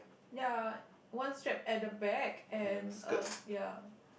ya one strap at the back and uh ya